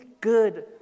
good